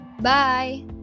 Bye